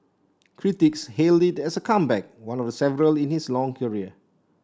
critics hailed it as a comeback one of the several in his long career